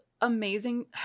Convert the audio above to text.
amazing